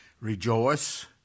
rejoice